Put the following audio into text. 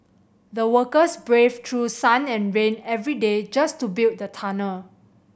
the workers braved through sun and rain every day just to build the tunnel